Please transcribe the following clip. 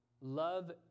love